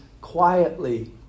quietly